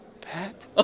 Pat